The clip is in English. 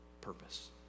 purpose